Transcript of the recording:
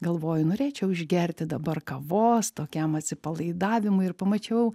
galvoju norėčiau išgerti dabar kavos tokiam atsipalaidavimui ir pamačiau